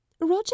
roger